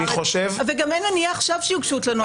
אין מניעה עכשיו שיוגשו תלונות למח"ש.